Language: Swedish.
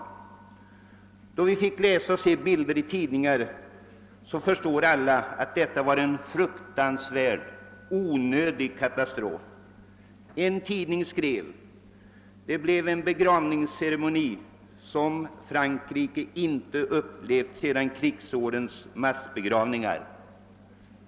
Efter vad vi fått läsa och se i tidningarna förstår vi alla att detta var en fruktansvärd, onödig katastrof. En tidning skrev: »Det blev en begravningsceremoni som Frankrike inte upplevt sedan krigsårens massbegravningar.